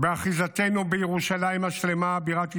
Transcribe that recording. באחיזתנו בירושלים השלמה בירת ישראל.